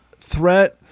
threat